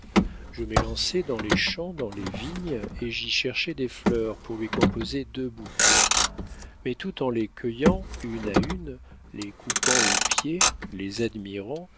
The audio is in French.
je m'élançai dans les champs dans les vignes et j'y cherchai des fleurs pour lui composer deux bouquets mais tout en les cueillant une à une les coupant au pied les admirant